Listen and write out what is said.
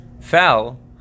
fell